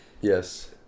Yes